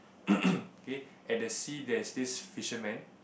okay at the sea there's this fisherman